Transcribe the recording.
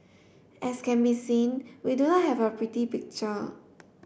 as can be seen we do not have a pretty picture